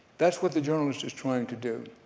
that's what the journalist is trying to do.